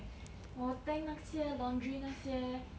我 tank 那些 laundry 那些